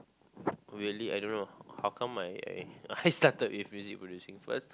really I don't know how come I I I started with music producing first